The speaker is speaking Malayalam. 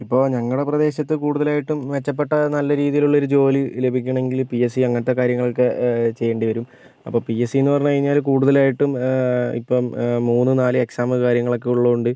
ഇപ്പോൾ ഞങ്ങളുടെ പ്രദേശത്ത് കൂടുതലായിട്ടും മെച്ചപ്പെട്ട നല്ല രീതിയിലുള്ളൊരു ജോലി ലഭിക്കണമെങ്കിൽ പി എസ് സി അങ്ങനത്തെ കാര്യങ്ങളൊക്കെ ചെയ്യേണ്ടി വരും അപ്പോൾ പി എസ് സിയെന്ന് പറഞ്ഞ് കഴിഞ്ഞാൽ കൂടുതലായിട്ടും ഇപ്പം മൂന്ന് നാല് എക്സാം കാര്യങ്ങളൊക്കെ ഉള്ളതു കൊണ്ട്